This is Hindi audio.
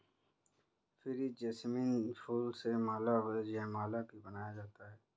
क्रेप जैसमिन फूल से माला व जयमाला भी बनाया जाता है